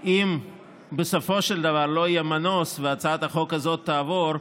שאם בסופו של דבר לא יהיה מנוס והצעת החוק הזאת תעבור,